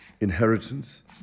inheritance